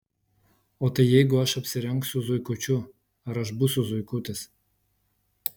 o tai jeigu aš apsirengsiu zuikučiu ar aš būsiu zuikutis